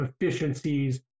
efficiencies